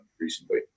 recently